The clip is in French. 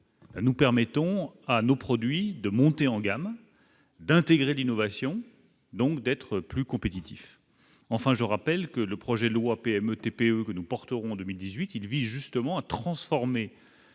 nous permettons à nos produits de monter en gamme d'intégrer l'innovation donc d'être plus compétitifs, enfin, je rappelle que le projet de loi PME TPE que nous porterons 2018, il vit justement à transformer